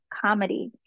Comedy